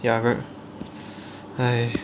ya correct !hais!